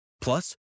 Plus